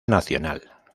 nacional